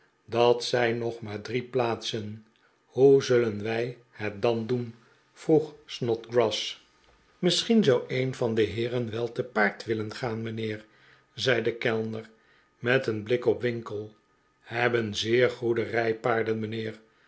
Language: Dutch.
dat zijn nog maar drie plaatsen hoe zullen wij het dan doen vroeg snodgrass misschien zou een van de heeren wel te paard willen gaan mijnheer zei de kellner met een blik op winkle hebben zeer goede riipaarden mijnheer